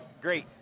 great